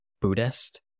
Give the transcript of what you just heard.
Buddhist